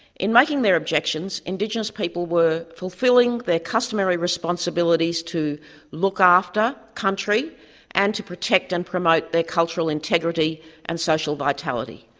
in making their objections, indigenous people were fulfilling their customary responsibilities to look after country and to protect and promote their cultural integrity and social vitality.